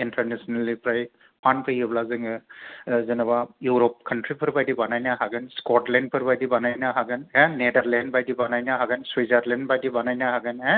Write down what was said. international निफ्राय फान फैयोब्ला जोङो जेन'बा इउरप खानथ्रि फोर बादि बानायनो हागोन सिकथलेण्ड फोरबादि बानायनो हागोन हा नेडारलेण्ड बादि बानायनो हागोन सुइझारलेण्ड बायदि बानायनो हागोन हो